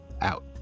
out